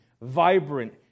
vibrant